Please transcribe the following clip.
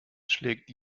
schlägt